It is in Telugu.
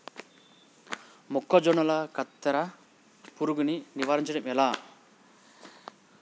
మొక్కజొన్నల కత్తెర పురుగుని నివారించడం ఎట్లా?